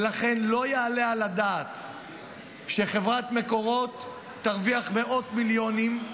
ולכן לא יעלה על הדעת שחברת מקורות תרוויח מאות מיליונים,